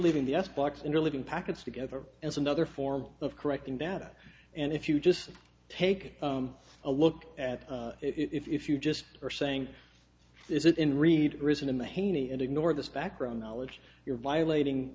leaving the x box in your living packets together as another form of correcting data and if you just take a look at it if you just are saying is it in read risen in the haney and ignore this background knowledge you're violating